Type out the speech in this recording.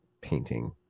painting